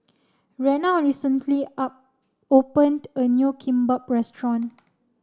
Rena recently opened a new Kimbap restaurant